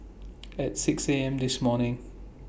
At six A M This morning